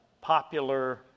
popular